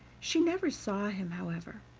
she never saw him, however,